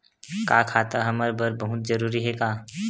का खाता हमर बर बहुत जरूरी हे का?